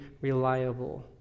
reliable